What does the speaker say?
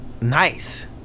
Nice